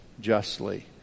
justly